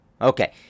Okay